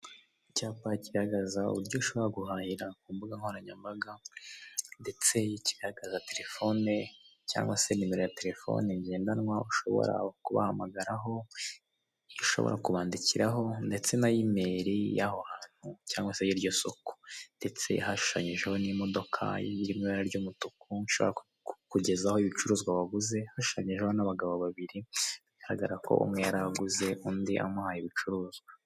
Icyapa kigaragaza uburyo ushobora guhahira ku mbuga nkoranyambaga ndetse kigaragaza terefone cyangwa nimero ya terefone ngendanwa ushobora kubahamagaraho, ushobora kubandikiraho ndetse na imeri y'aho hantu cyangwa se y'iryo soko ndetse hashushanyijeho n'imodoka iri mu ibara ry'umutuku ishobora kukugezaho ibicuruzwa waguze, hashushanyijeho n'abagabo babiri bigaragara ko umwe yaraguze undi amuhaye ibicuruzwa.